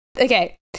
Okay